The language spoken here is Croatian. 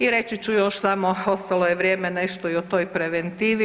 I reći ću još samo, ostalo je vrijeme nešto i o toj preventivi.